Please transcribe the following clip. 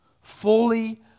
fully